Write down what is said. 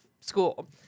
school